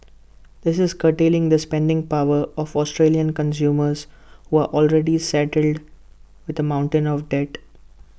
that is curtailing the spending power of Australian consumers who are already saddled with A mountain of debt